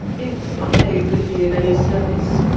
if i could be of any service?